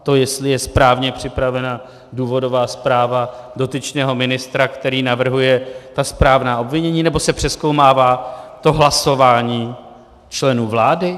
To, jestli je správně připravena důvodová zpráva dotyčného ministra, který navrhuje ta správná obvinění, nebo se přezkoumává to hlasování členů vlády?